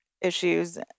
issues